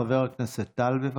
חבר הכנסת טל, בבקשה.